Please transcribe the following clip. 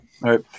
Right